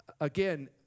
again